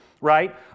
right